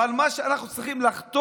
אבל מה שאנחנו צריכים לחתור